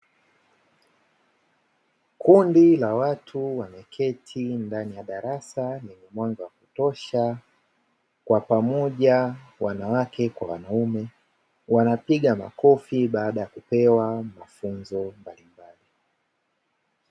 Kundi la watu wameketi ndani ya darasa lenye mwanga wa kutosha, kwa pamoja wanawake kwa wanaume wanapiga makofi baada ya kupewa mafunzo mbalimbali.